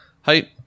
Height